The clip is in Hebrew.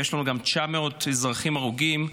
ויש לנו גם 900 אזרחים הרוגים,